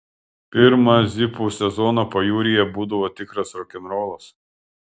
pirmą zipų sezoną pajūryje būdavo tikras rokenrolas